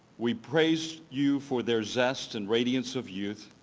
we praise you for their zest and radiance of youth,